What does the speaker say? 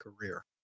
career